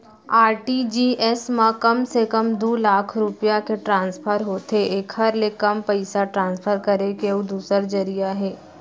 RTGS म कम से कम दू लाख रूपिया के ट्रांसफर होथे एकर ले कम पइसा ट्रांसफर करे के अउ दूसर जरिया हे